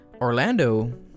Orlando